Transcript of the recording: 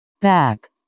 Back